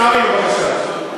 עיסאווי, בבקשה.